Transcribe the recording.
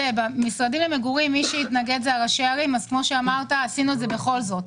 במשרדים למגורים ראשי הערים התנגדו ועשינו את זה בכל זאת.